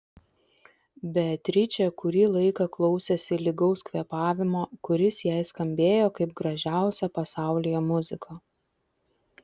beatričė kurį laiką klausėsi lygaus kvėpavimo kuris jai skambėjo kaip gražiausia pasaulyje muzika